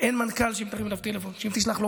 ואין מנכ"ל שאם תרים אליו טלפון או תשלח אליו